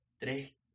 Tres